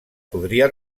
podria